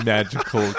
Magical